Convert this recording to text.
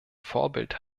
vorbild